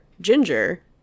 Ginger